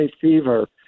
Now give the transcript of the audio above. fever